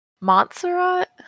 Montserrat